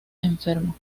enfermo